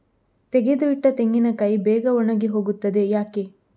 ತೆಗೆದು ಇಟ್ಟ ತೆಂಗಿನಕಾಯಿ ಬೇಗ ಒಣಗಿ ಹೋಗುತ್ತದೆ ಯಾಕೆ?